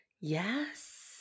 Yes